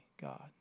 God